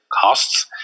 costs